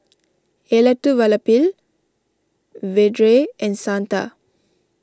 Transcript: Elattuvalapil Vedre and Santha